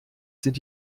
sind